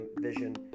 vision